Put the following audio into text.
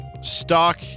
Stock